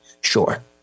Sure